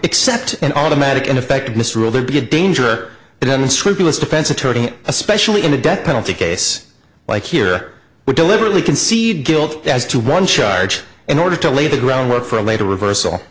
accept an automatic ineffectiveness rule there'd be a danger that an unscrupulous defense attorney especially in a death penalty case like here would deliberately concede guilt as to one charge in order to lay the groundwork for a later reversal